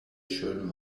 schön